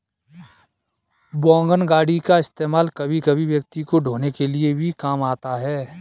wagon गाड़ी का इस्तेमाल कभी कभी व्यक्ति को ढ़ोने के लिए भी काम आता है